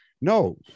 no